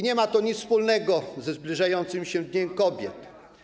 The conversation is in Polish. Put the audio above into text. Nie ma to nic wspólnego ze zbliżającym się dniem kobiet.